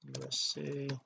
USA